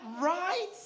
right